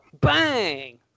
Bang